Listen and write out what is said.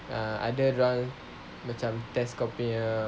ah ada dorang macam test kau punya